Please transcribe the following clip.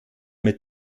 mit